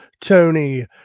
Tony